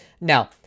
Now